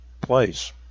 place